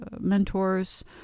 mentors